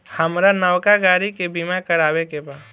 हामरा नवका गाड़ी के बीमा करावे के बा